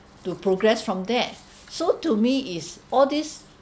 to progress from there so to me it's all these